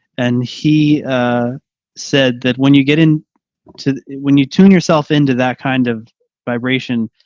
and he ah said that when you get in to when you tune yourself into that kind of vibration,